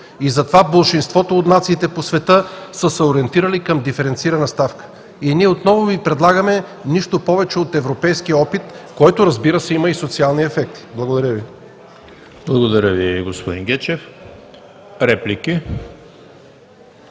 Затова болшинството от нациите по света са се ориентирали към диференцирана ставка. Ние отново Ви предлагаме нищо повече от европейския опит, който, разбира се, има и социални ефекти. Благодаря Ви. ПРЕДСЕДАТЕЛ ЕМИЛ ХРИСТОВ: Благодаря Ви, господин Гечев. Реплики?